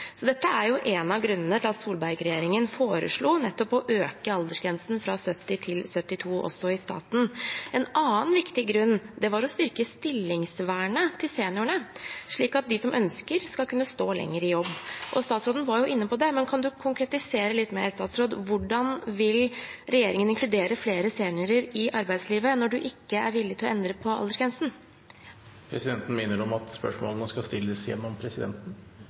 Dette er en av grunnene til at Solberg-regjeringen foreslo å øke aldersgrensen fra 70 til 72 år også i staten. En annen viktig grunn var å styrke stillingsvernet til seniorene, slik at de som ønsker, skal kunne stå lenger i jobb. Statsråden var inne på det. Men kan du konkretisere det litt mer, statsråd? Hvordan vil regjeringen inkludere flere seniorer i arbeidslivet når du ikke er villig til å endre på aldersgrensen? Presidenten minner om at spørsmålene skal stilles gjennom presidenten.